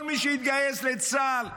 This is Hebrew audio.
כל מי שהתגייס לצה"ל.